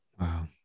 Wow